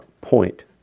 point